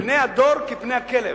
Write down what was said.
פני הדור כפני הכלב.